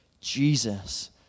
Jesus